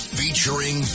featuring